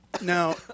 Now